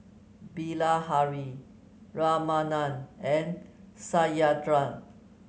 Bilahari Ramanand and Satyendra